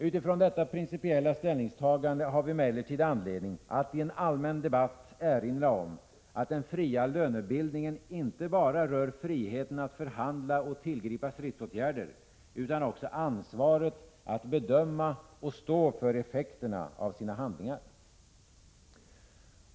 Utifrån detta principiella ställningstagande har vi emellertid anledning att i en allmän debatt erinra om att den fria lönebildningen inte bara rör friheten att förhandla och tillgripa stridsåtgärder utan också ansvaret att bedöma och stå för effekterna av sina handlingar.